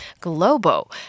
Globo